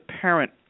parent